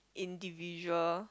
individual